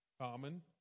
Common